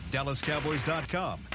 DallasCowboys.com